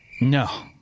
No